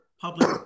public